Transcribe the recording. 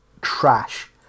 trash